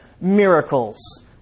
miracles